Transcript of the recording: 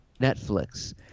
Netflix